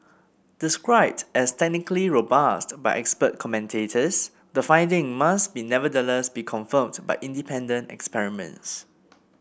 described as technically robust by expert commentators the findings must be nevertheless be confirmed by independent experiments